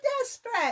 desperate